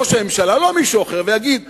ראש הממשלה, לא מישהו אחר, ויגיד: